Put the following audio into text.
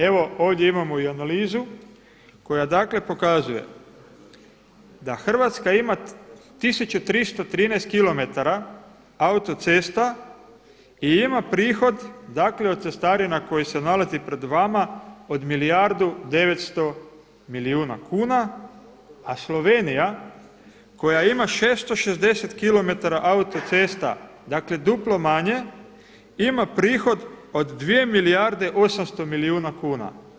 Evo ovdje imamo i analizu koja dakle pokazuje da Hrvatska ima 1313 kilometara autocesta i ima prihod dakle od cestarina koji se nalazi pred vama od 1 milijardu 900 milijuna kuna a Slovenija koja ima 660 kilometara autocesta dakle duplo manje ima prihod od 2 milijarde 800 milijuna kuna.